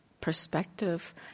perspective